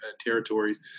territories